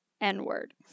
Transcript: N-word